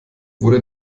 wurde